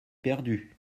perdu